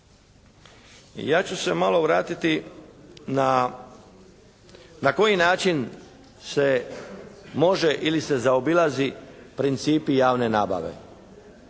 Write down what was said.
Ja ću se malo vratiti na koji način se može ili se zaobilazi principi javne nabave.